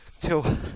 till